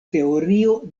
teorio